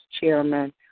chairman